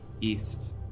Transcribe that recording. east